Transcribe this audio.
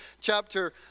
chapter